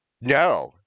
No